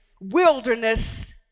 wilderness